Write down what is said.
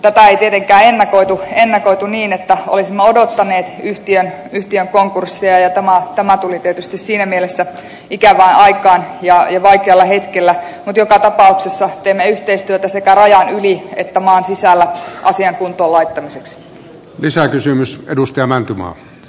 tätä ei tietenkään ennakoitu niin että olisimme odottaneet yhtiön konkurssia ja tämä tuli tietysti siinä mielessä ikävään aikaan ja vaikealla hetkellä mutta joka tapauksessa teemme yhteistyötä sekä rajan yli että maan sisällä asian kuntoon laittamiseksi